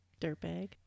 Dirtbag